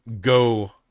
go